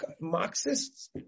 Marxists